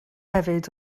hefyd